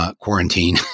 quarantine